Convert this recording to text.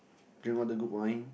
drink all the good wine